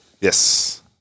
Yes